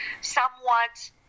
somewhat